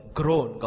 grown